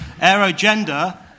aerogender